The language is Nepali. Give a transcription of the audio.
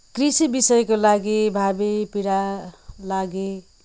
कृषि विषयको लागि भावी पिँढी लागि